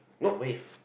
the wave